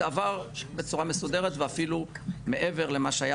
זה עבר בצורה מסודרת ואפילו מעבר למה שהיה